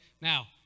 Now